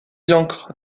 l’ancre